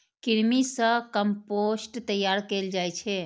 कृमि सं कंपोस्ट तैयार कैल जाइ छै